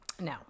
No